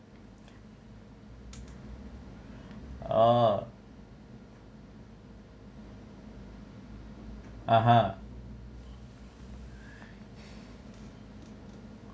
orh ah ha